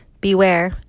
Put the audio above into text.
beware